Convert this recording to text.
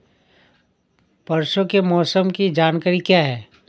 परसों के मौसम की जानकारी क्या है?